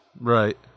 right